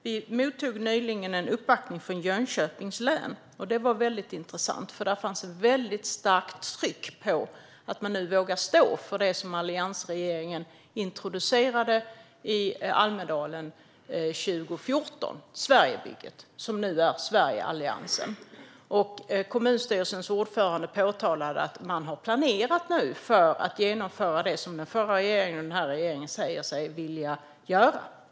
Vi mottog nyligen en uppvaktning från Jönköpings län, och det var väldigt intressant. Där fanns det ett starkt tryck på att man nu ska våga stå för det som alliansregeringen introducerade i Almedalen 2014, Sverigebygget som nu är Sverigeförhandlingen. Kommunstyrelsens ordförande berättade att man nu hade planerat för att genomföra det som den förra regeringen och den här regeringen säger sig vilja göra.